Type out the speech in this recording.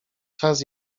czas